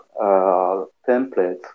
templates